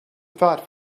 thought